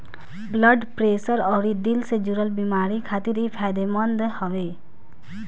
blood pressure अउरी दिल से जुड़ल बेमारी खातिर इ फायदेमंद हवे